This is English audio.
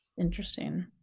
Interesting